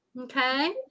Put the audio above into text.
Okay